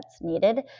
needed